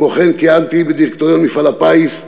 כמו כן, כיהנתי בדירקטוריון מפעל הפיס,